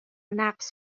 نقص